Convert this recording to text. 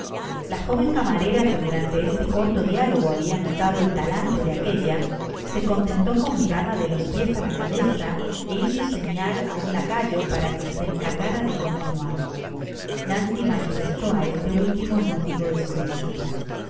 la joven camarera que durante este corto diálogo habia notado el talante de aquella se contentó con mirarla de los piés á la cabeza é hizo señal á un lacayo para que se encargara de continuarlo nancy manifestó á este último el motivo de su visita